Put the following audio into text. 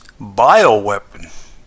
bioweapon